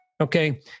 okay